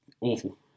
awful